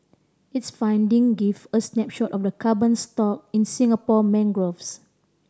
its finding give a snapshot of the carbon stock in Singapore mangroves